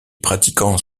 pratiquants